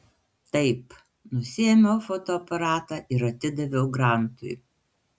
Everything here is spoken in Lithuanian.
taip nusiėmiau fotoaparatą ir atidaviau grantui